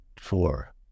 four